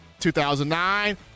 2009